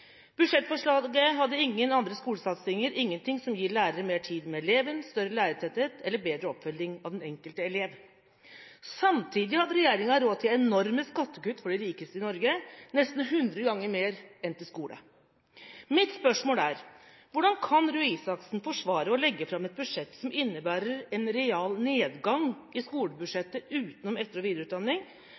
Budsjettforslaget hadde ingen andre skolesatsinger, ingen ting som gir lærere mer tid med eleven, større lærertetthet eller bedre oppfølging av den enkelte elev. Samtidig hadde regjeringa råd til enorme skattekutt for de rikeste i Norge, nesten hundre ganger mer enn til skole. Mitt spørsmål er: Hvordan kan Røe Isaksen forsvare å legge fram et budsjett som innebærer en realnedgang i skolebudsjettet utenom etter- og videreutdanning,